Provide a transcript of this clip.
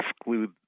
exclude